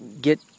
get